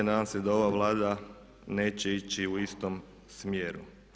Nadam se da ova Vlada neće ići u istom smjeru.